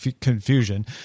confusion